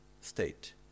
state